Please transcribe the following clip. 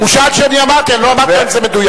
הוא שאל שאני אמרתי, אני לא אמרתי על זה מדויק.